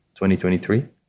2023